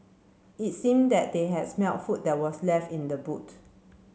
it seemed that they had smelt food that was left in the boot